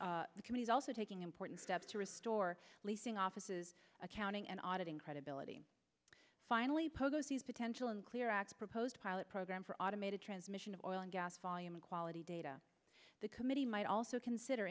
committee's also taking important steps to restore leasing offices accounting and auditing credibility finally posies potential and clear act proposed pilot program for automated transmission of oil and gas volume in quality data the committee might also consider